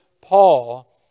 Paul